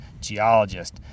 geologist